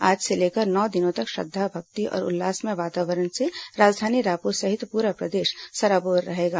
आज से लेकर नौ दिनों तक श्रद्वा भक्ति और उल्लासमय वातावरण से राजधानी रायपुर सहित पूरा प्रदेश सरोबार रहेगा